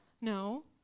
No